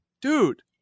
Dude